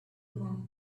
monk